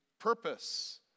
purpose